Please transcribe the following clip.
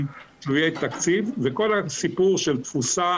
הם תלויי תקציב וכל הסיפור של תפוסה